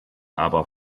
aber